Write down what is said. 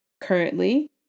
currently